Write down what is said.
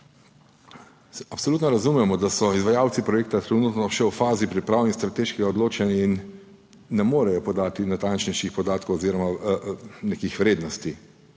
Absolutno razumemo, da so izvajalci projekta trenutno še v fazi priprav in strateškega odločanja in ne morejo podati natančnejših podatkov oziroma nekih vrednosti,